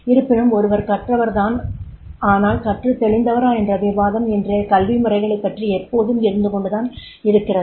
இருப்பினும் ஒருவர் கற்றவர் தான் ஆனால் கற்றுதெளிந்தவரா என்ற விவாதம் இன்றைய கல்வி முறைகளைப் பற்றி எப்போதும் இருந்துகொண்டுதான் இருக்கிறது